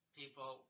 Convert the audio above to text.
people